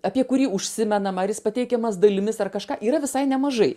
apie kurį užsimenama ar jis pateikiamas dalimis ar kažką yra visai nemažai